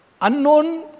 unknown